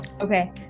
Okay